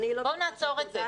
בואו נעצור את זה.